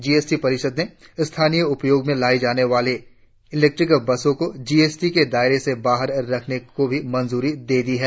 GST परिषद ने स्थानीय उपयोग में लाई जाने वाली इलेक्ट्रिक बसों को जीएसटी के दायरे से बाहर रखने को भी मंजूरी दे दी है